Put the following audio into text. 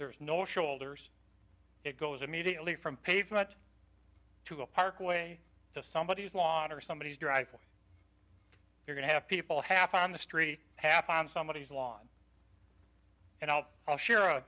there's no shoulders it goes immediately from pavement to the parkway so somebody has lawn or somebody is driving you're going to have people half on the street half on somebody's lawn you know i'll share